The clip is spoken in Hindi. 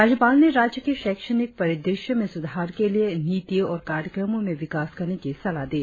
राज्यपाल ने राज्य की शैक्षणिक परिदृश्य में सुधार के लिए अभिनव नीतियों और कार्यक्रमों में विकास करने की सलाह दी